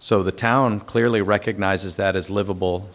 so the town clearly recognizes that is livable